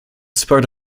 spurred